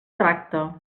tracta